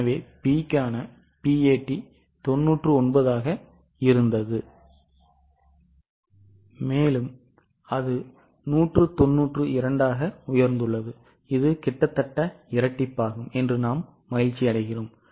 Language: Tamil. எனவே P க்காக PAT 99 ஆக இருந்தது மேலும் அது 192 ஆக உயர்ந்துள்ளது இது கிட்டத்தட்ட இரட்டிப்பாகும் என்று நாம் மகிழ்ச்சியடைகிறோம்